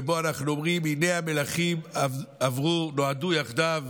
ובו אנחנו אומרים: "הנה המלכים נועדו עברו יחדָו,